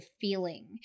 feeling